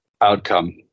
outcome